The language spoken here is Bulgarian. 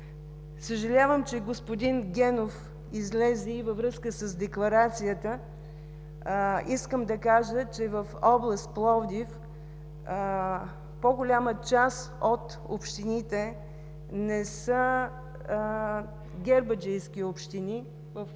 Съжалявам, че господин Генов излезе. Във връзка с декларацията искам да кажа, че в област Пловдив по-голяма част от общините не са гербаджийски общини, в което